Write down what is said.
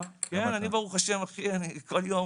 כן, אני ברוך ה', אחי, אני כל יום